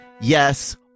Yes